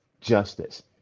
justice